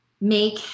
Make